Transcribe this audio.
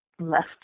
left